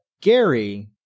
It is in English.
Gary